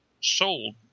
sold